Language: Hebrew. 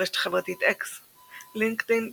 ברשת החברתית אקס LinkedIn,